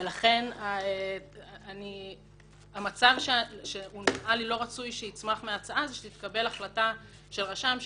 לכן המצב שנראה לי לא רצוי שיצמח מההצעה זה שתתקבל החלטה של רשם שיגיד: